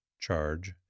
charge